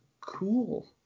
cool